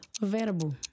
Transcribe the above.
Verbo